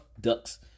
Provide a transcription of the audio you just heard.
Ducks